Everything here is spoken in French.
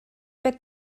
pas